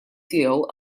tiegħu